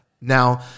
Now